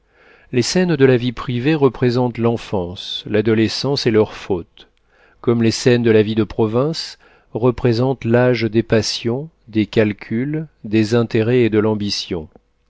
les scènes de la vie privée représentent l'enfance l'adolescence et leurs fautes comme les scènes de la vie de province représentent l'âge des passions des calculs des intérêts et de l'ambition